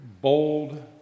bold